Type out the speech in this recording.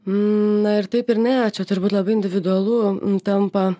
na ir taip ir ne čia turbūt labai individualu tampa